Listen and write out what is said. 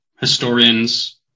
historians